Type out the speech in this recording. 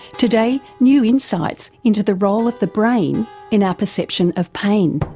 today, new insights into the role of the brain in our perception of pain.